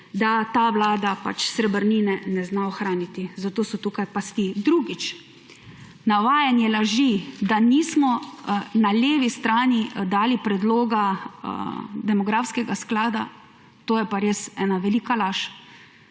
da ta vlada pač srebrnine ne zna ohraniti, zato so tukaj pasti. Drugič, navajanje laži, da nismo na levi strani dali predloga demografskega sklada, to je pa res ena velika laž.